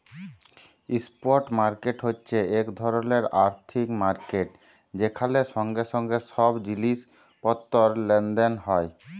spot market হছে ইক ধরলের আথ্থিক মার্কেট যেখালে সঙ্গে সঙ্গে ছব জিলিস পত্তর লেলদেল হ্যয়